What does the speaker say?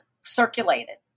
circulated